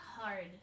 hard